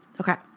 Okay